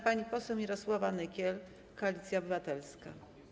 Pani poseł Mirosława Nykiel, Koalicja Obywatelska.